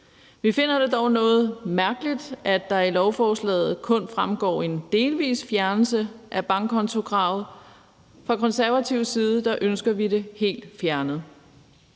Vi finder det dog noget mærkeligt, at der i lovforslaget kun fremgår en delvis fjernelse af bankkontokravet. Fra Konservatives side ønsker vi det helt fjernet.